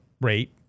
rate